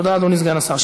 תודה, אדוני סגן השר.